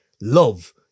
love